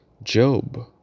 Job